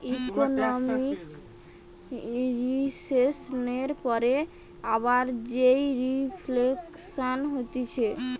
economic রিসেসনের পরে আবার যেই রিফ্লেকশান হতিছে